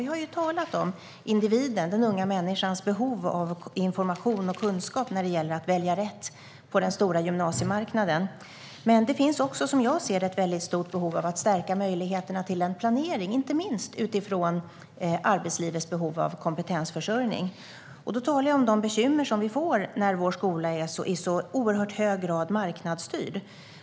Vi har ju talat om individens, den unga människans, behov av information och kunskap när det gäller att välja rätt på den stora gymnasiemarknaden. Det finns också, som jag ser det, ett stort behov av att stärka möjligheterna till en planering, inte minst utifrån arbetslivets behov av kompetensförsörjning. Då talar jag om de bekymmer som vi får när vår skola är marknadsstyrd i så oerhört hög grad som den är.